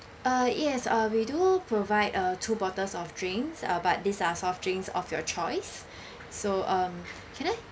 uh yes uh we do all provide uh two bottles of drinks uh but these are soft drinks of your choice so um can I